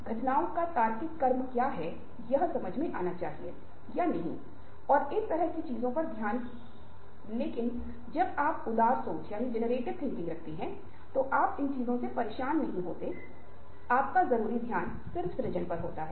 यहां तक कि हमें कोई दिलचस्पी नहीं है लेकिन वे इतने अच्छे तरीके से बोलेंगे कि हम आकर्षक हो जाएंगे की उसे देखने के लिए राजी हो जाएं यहां तक कि हम खरीदने के मूड में भी नहीं हैं